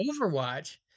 Overwatch